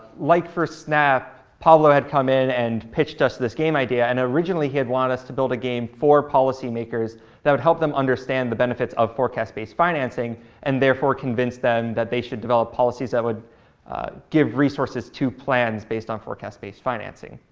like for snap, pablo had come in and pitched us this game idea. and originally, he had wanted us to build a game for policymakers that would help them understand the benefits of forecast-based financing and, therefore, convince them that they should develop policies that would give resources to plans based on forecast-based financing.